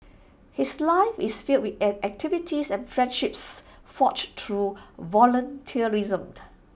his life is filled with activity and friendships forged through volunteerism